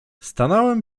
stanąłem